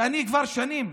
ואני כבר שנים,